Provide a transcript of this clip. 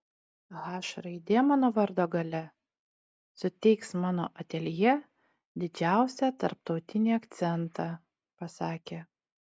h raidė mano vardo gale suteiks mano ateljė didžiausią tarptautinį akcentą pasakė